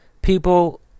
people